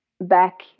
back